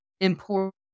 important